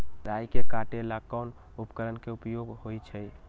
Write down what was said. राई के काटे ला कोंन उपकरण के उपयोग होइ छई?